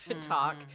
talk